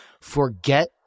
Forget